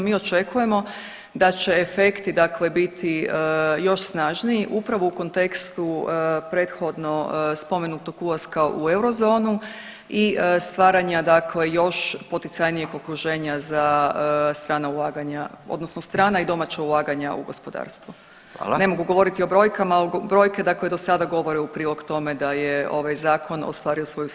Mi očekujemo da će efekti biti još snažniji upravo u kontekstu prethodno spomenutog ulaska u eurozonu i stvaranja još poticajnijeg okruženja za strana ulaganja odnosno strana i domaća ulaganja u gospodarstvo [[Upadica Radin: Hvala.]] Ne mogu govoriti o brojkama, brojke do sada govore u prilog tome da je ovaj zakon ostvario svoju svrhu.